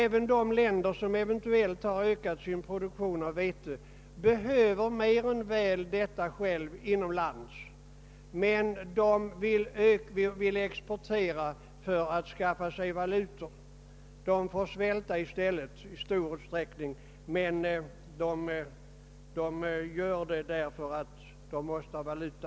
Även i de länder som eventuellt har ökat sin produktion av vete behöver man detta inom landet, men man vill exportera för att skaffa sig valuta. Man får i stället i stor utsträckning svälta men gör det för att man måste ha valuta.